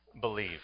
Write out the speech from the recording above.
believe